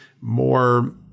more